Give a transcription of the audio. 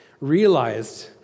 realized